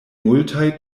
multaj